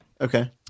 Okay